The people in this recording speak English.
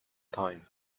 time